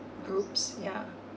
groups ya